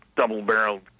double-barreled